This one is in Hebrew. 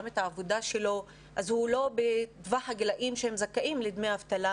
את העבודה שלו אז הוא לא בטווח הגילאים שמזכים בדמי אבטלה,